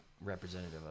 representative